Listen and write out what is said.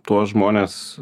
tuos žmones